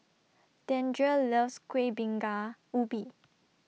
Deandre loves Kueh Bingka Ubi